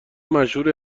مشهور